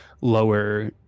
lower